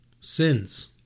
sins